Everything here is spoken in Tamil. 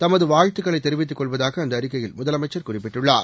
தமது வாழ்த்துக்களை தெரிவித்துக் கொள்வதாக அந்த அறிக்கையில் முதலமைச்சர் குறிப்பிட்டுள்ளார்